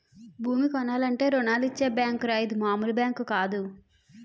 భూమి కొనాలంటే రుణాలిచ్చే బేంకురా ఇది మాములు బేంకు కాదు